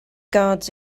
guards